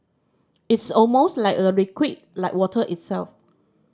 it's almost like a liquid like water itself